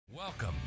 Welcome